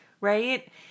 Right